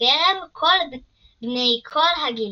בקרב בני כל הגילים.